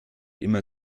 immer